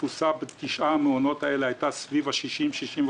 התפוסה בתשעת המעונות האלה הייתה סביב ה-60%,65%.